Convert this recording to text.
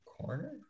corner